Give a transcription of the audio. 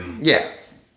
Yes